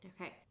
Okay